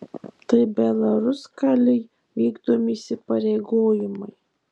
tai belaruskalij vykdomi įsipareigojimai